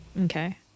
Okay